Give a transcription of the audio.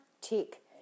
tick